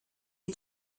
die